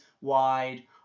Wide